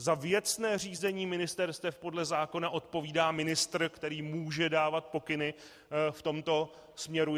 Za věcné řízení ministerstev podle zákona odpovídá ministr, který může dávat pokyny v tomto směru.